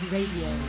Radio